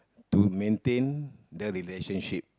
to maintain the relationship